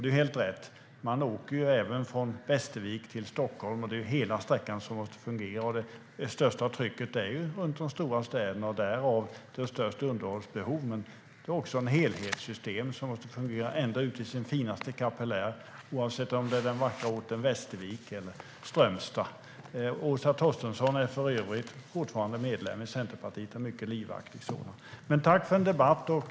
Det är helt rätt: Man åker även från Västervik till Stockholm, och hela sträckan måste fungera. Det största trycket finns runt de stora städerna, och där finns också det största underhållsbehovet. Men det är också ett helhetssystem som måste fungera ända ut i sin finaste kapillär, oavsett om det gäller den vackra orten Västervik eller Strömstad. Åsa Torstensson är för övrigt fortfarande en mycket livaktig medlem i Centerpartiet. Tack för debatten!